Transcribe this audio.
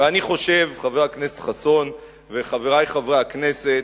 ואני חושב, חבר הכנסת חסון וחברי חברי הכנסת,